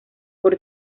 por